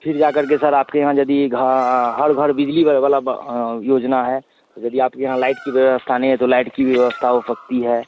फिर जाकर सर आपके यहाँ यदि हर घर बिजली वाली योजना है तो यदि आपके यहाँ लाइट की व्यवस्था नहीं है तो लाइट की व्यवस्था हो सकती है